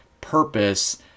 purpose